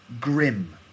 grim